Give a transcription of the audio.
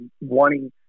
wanting